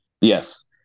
Yes